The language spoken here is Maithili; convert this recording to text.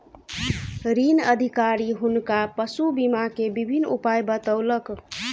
ऋण अधिकारी हुनका पशु बीमा के विभिन्न उपाय बतौलक